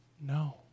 No